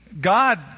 God